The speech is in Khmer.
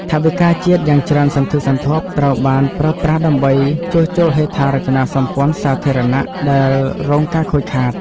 ថវិកាជាតិយ៉ាងច្រើនសន្ធឹកសន្ធាប់ត្រូវបានប្រើប្រាស់ដើម្បីជួសជុលហេដ្ឋារចនាសម្ព័ន្ធសាធារណៈដែលរងការខូចខាត។